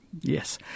yes